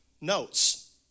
notes